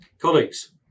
Colleagues